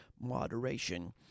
moderation